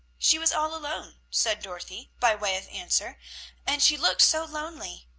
she was all alone, said dorothy, by way of answer and she looked so lonely.